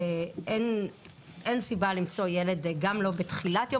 אין סיבה למצוא ילד גם לא בתחילת יום